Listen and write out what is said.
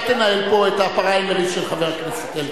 אל תנהל פה את הפריימריס של חבר הכנסת אלקין.